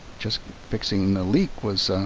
just fixing the leak was